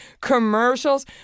commercials